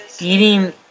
eating